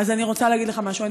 אז אני רוצה להגיד לך משהו.